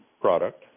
product